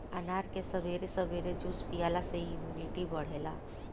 अनार के सबेरे सबेरे जूस पियला से इमुनिटी बढ़ेला